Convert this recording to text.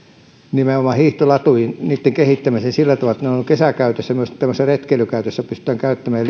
nimenomaan näihin hiihtolatuihin niitten kehittämiseen sillä tavalla että ne ovat kesäkäytössä myös tämmöisessä retkeilykäytössä pystytään käyttämään ja